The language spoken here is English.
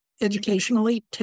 educationally